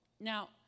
Now